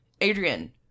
Adrian